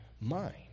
mind